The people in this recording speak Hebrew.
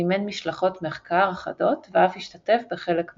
מימן משלחות מחקר אחדות ואף השתתף בחלק מהן,